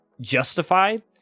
justified